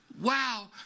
wow